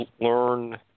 learn